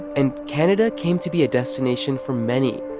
and canada came to be a destination for many,